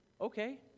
Okay